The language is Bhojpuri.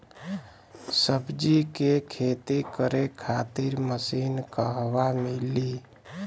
सब्जी के खेती करे खातिर मशीन कहवा मिली?